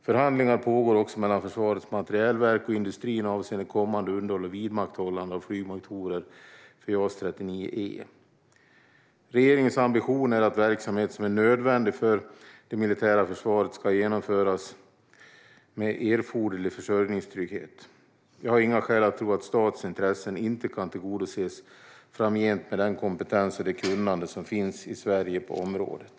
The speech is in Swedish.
Förhandlingar pågår också mellan Försvarets materielverk och industrin avseende kommande underhåll och vidmakthållande av flygmotorer för JAS 39 E. Regeringens ambition är att verksamhet som är nödvändig för det militära försvaret ska genomföras med erforderlig försörjningstrygghet. Jag har inga skäl att tro att statens intressen inte kan tillgodoses framgent med den kompetens och det kunnande som finns i Sverige på området.